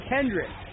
Kendrick